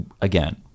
again